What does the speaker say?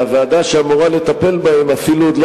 והוועדה שאמורה לטפל בהם אפילו עוד לא